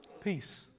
Peace